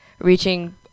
reaching